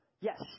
yes